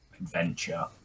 adventure